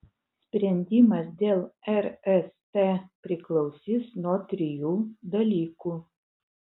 sprendimas dėl rst priklausys nuo trijų dalykų